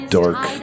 dark